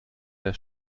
der